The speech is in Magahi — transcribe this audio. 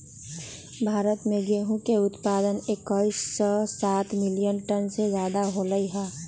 भारत में गेहूं के उत्पादन एकसौ सात मिलियन टन से ज्यादा होलय है